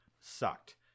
sucked